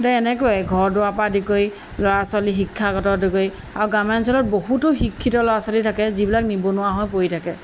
এনেকৈ ঘৰ দুৱাৰ পৰা আদি কৰি ল'ৰা ছোৱালী শিক্ষাগত আদি কৰি আৰু গ্ৰাম্যাঞ্চলত বহুতো শিক্ষিত ল'ৰা ছোৱালী থাকে যিবিলাক নিবনুৱা হৈ পৰি থাকে